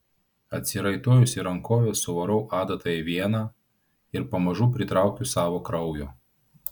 atsiraitojusi rankovę suvarau adatą į veną ir pamažu pritraukiu savo kraujo